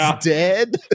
dead